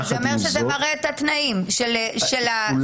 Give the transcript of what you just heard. זה אומר שזה מרע את התנאים של המשתתפים,